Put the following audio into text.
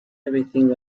everything